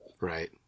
Right